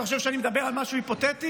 אתה חושב שאני מדבר על משהו היפותטי?